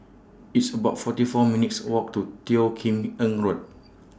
It's about forty four minutes' Walk to Teo Kim Eng Road